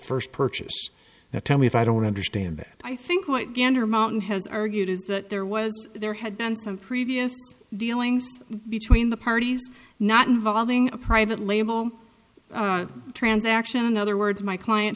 first purchase tell me if i don't understand that i think what gander mountain has argued is that there was there had been some previous dealings between the parties not involving a private label transaction in other words my client